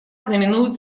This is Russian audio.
знаменует